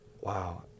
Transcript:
Wow